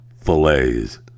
fillets